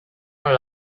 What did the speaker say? non